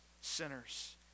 sinners